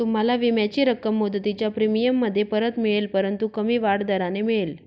तुम्हाला विम्याची रक्कम मुदतीच्या प्रीमियममध्ये परत मिळेल परंतु कमी वाढ दराने मिळेल